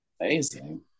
amazing